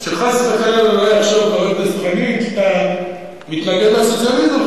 שחס וחליל לא יחשוב חבר הכנסת חנין שאתה מתנגד לסוציאליזם,